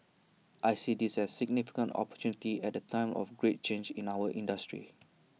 I see this as significant opportunity at A time of great change in our industry